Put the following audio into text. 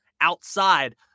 outside